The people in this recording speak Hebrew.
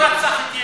לא רצח את ישו,